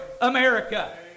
America